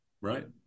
Right